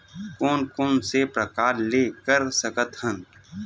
कोन कोन से प्रकार ले कर सकत हन?